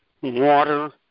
water